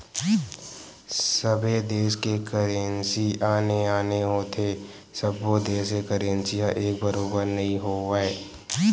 सबे देस के करेंसी आने आने होथे सब्बो देस के करेंसी ह एक बरोबर नइ होवय